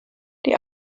die